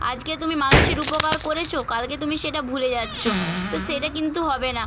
আজকে তুমি মানুষের উপকার করেছ কালকে তুমি সেটা ভুলে যাচ্ছ তো সেটা কিন্তু হবে না